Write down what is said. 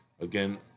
again